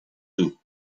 too